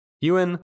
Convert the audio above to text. Ewan